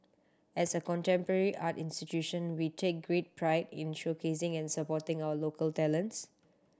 as a contemporary art institution we take great pride in showcasing and supporting our local talents